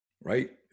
right